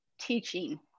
teaching